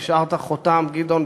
גדעון,